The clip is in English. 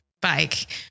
bike